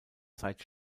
zeit